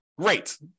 great